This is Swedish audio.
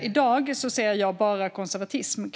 I dag ser jag bara konservatism.